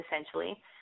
essentially